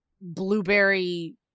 blueberry